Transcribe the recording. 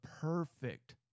perfect